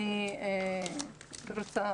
אני רוצה,